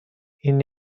این